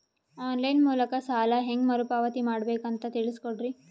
On line ಮೂಲಕ ಸಾಲ ಹೇಂಗ ಮರುಪಾವತಿ ಮಾಡಬೇಕು ಅಂತ ತಿಳಿಸ ಕೊಡರಿ?